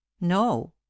no